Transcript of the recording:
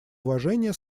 уважения